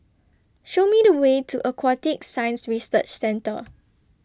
Show Me The Way to Aquatic Science Research Centre